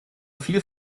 viel